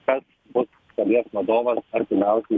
kas bus šalies vadovas artimiausius